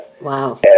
Wow